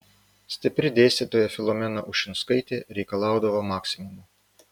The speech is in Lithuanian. stipri dėstytoja filomena ušinskaitė reikalaudavo maksimumo